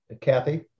Kathy